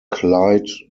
clyde